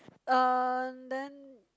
uh then